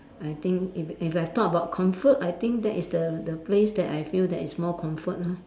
I think if if I talk about comfort I think that is the the place that I feel that is more comfort lor